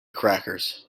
crackers